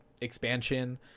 expansion